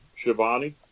Shivani